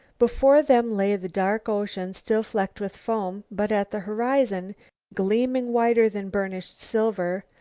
before them lay the dark ocean still flecked with foam, but at the horizon gleaming whiter than burnished silver,